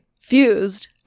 fused